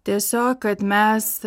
tiesiog kad mes